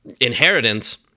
inheritance